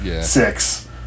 six